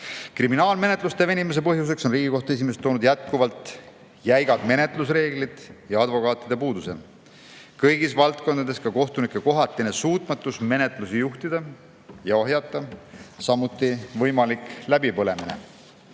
Kriminaalmenetluste venimise põhjuseks on Riigikohtu esimees toonud jätkuvalt jäigad menetlusreeglid ja advokaatide puuduse. Kõigis valdkondades [annab tunda] ka kohtunike kohatine suutmatus menetlusi juhtida ja ohjata, samuti võimalik läbipõlemine.